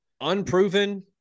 Unproven